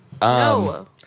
No